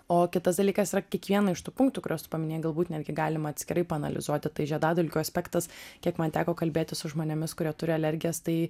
o kitas dalykas yra kiekvieną iš tų punktų kuriuos tu paminėjai galbūt netgi galima atskirai paanalizuoti tai žiedadulkių aspektas kiek man teko kalbėtis su žmonėmis kurie turi alergijas tai